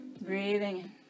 Breathing